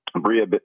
Bria